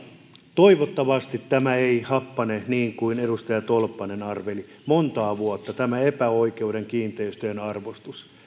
toivottavasti ei happane montaa vuotta niin kuin edustaja tolppanen arveli tämä epäoikeudenmukainen kiinteistöjen arvostus